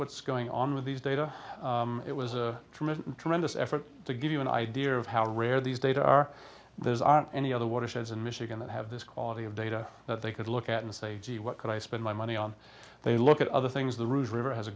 what's going on with these data it was a tremendous tremendous effort to give you an idea of how rare these data are there's aren't any other watersheds in michigan that have this quality of data that they could look at and say gee what could i spend my money on they look at other things the rouge river has a